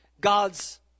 God's